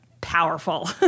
powerful